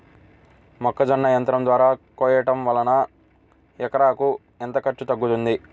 మొక్కజొన్న యంత్రం ద్వారా కోయటం వలన ఎకరాకు ఎంత ఖర్చు తగ్గుతుంది?